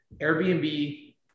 Airbnb